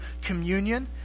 communion